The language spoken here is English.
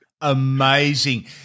Amazing